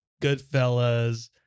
Goodfellas